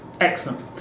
Excellent